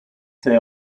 they